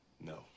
No